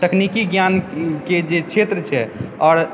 तकनीकी ज्ञानके जे क्षेत्र छै आओर